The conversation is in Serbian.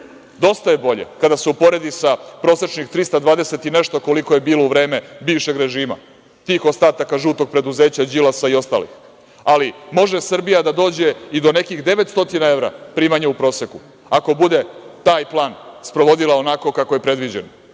Dosta je bolje kada se uporedi sa prosečnih 320 i nešto koliko je bilo u vreme bivšeg režima, tih ostataka žutog preduzeća Đilasa i ostalih. Može Srbija da dođe i do nekih 900 evra primanja u proseku ako bude taj plan sprovodila onako kako je predviđeno.